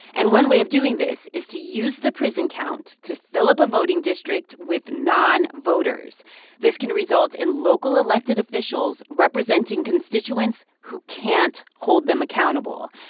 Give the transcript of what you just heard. and one way of doing this is to use the prison count to fill up a voting district with nonvoters. this can result in local elected officials representing constituents who can't hold them accountable.